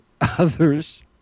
Others